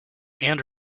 and